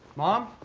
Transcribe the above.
mom?